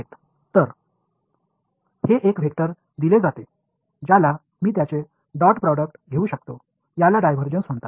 எனவே இங்கே உள்ள வெக்டருக்கு டாட் ப்ராடக்ட் எடுத்தால் அதன் பெயர் டைவர்ஜென்ஸ் ஆகும்